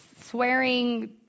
swearing